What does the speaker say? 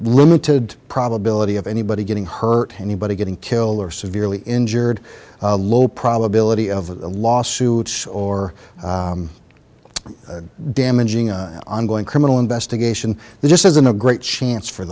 limited probability of anybody getting hurt anybody getting killed or severely injured a low probability of the lawsuits or damaging ongoing criminal investigation there just isn't a great chance for